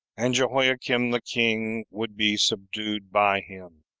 and jehoiakim the king would be subdued by him.